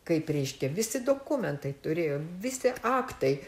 kaip reiškia visi dokumentai turėjo visi aktai